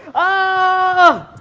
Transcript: ah!